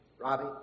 Robbie